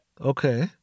Okay